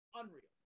unreal